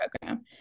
program